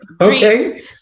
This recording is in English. Okay